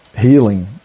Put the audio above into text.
healing